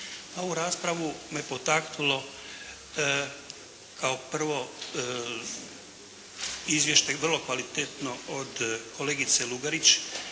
ovu raspravu me potaknulo kao prvo izvještaj vrlo kvalitetno od kolegice Lugarić